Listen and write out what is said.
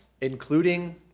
including